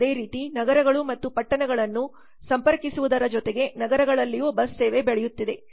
ಅದೇ ರೀತಿ ನಗರಗಳು ಮತ್ತು ಪಟ್ಟಣಗಳನ್ನು ಸಂಪರ್ಕಿಸುವುದರ ಜೊತೆಗೆ ನಗರಗಳಲ್ಲಿಯೂ ಬಸ್ ಸೇವೆ ಬೆಳೆಯುತ್ತಿದೆ